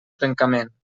trencament